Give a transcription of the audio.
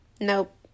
nope